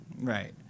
right